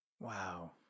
Wow